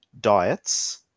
diets